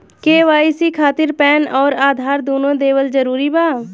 KYC खातिर PAN आउर आधार दुनों देवल जरूरी बा?